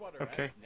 Okay